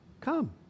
Come